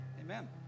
Amen